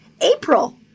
April